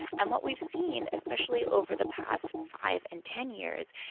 and what we've seen, especially over the past five and ten years,